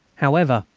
however,